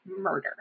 murder